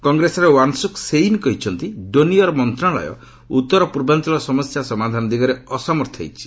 କଂଗ୍ରେସର ୱାନ୍ସୁକ୍ ସେଇମ୍ କହିଛନ୍ତି ଡୋନିଅର୍ ମନ୍ତ୍ରଣାଳୟ ଉତ୍ତର ପୂର୍ବାଞ୍ଚଳର ସମସ୍ୟା ସମାଧାନ ଦିଗରେ ଅସମର୍ଥ ହୋଇଛି